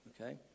okay